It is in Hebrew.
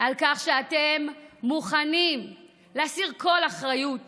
על כך שאתם מוכנים להסיר כל אחריות